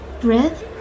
Breath